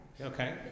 Okay